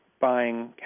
buying